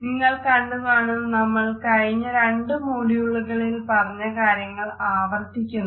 നിങ്ങൾ കണ്ടുകാണും നമ്മൾ കഴിഞ്ഞ രണ്ട് മോഡ്യൂളുകളിൽ പറഞ്ഞ കാര്യങ്ങൾ ആവർത്തിക്കുന്നത്